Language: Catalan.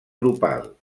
grupal